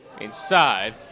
inside